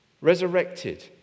Resurrected